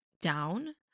down